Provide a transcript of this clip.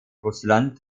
russland